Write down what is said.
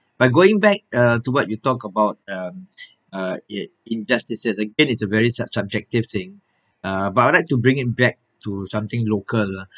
by going back uh to what you talked about um uh ye~ in~ injustices again it's a very sub~ subjective thing uh but I would like to bring it back to something local lah